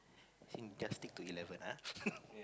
think just stick to eleven [huh]